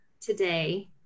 today